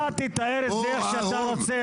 הרשימה הערבית המאוחדת): אתה תתאר את זה איך שאתה רוצה,